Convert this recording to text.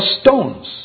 stones